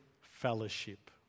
fellowship